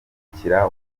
akurikira